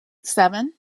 seven